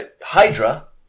Hydra